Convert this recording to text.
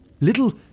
Little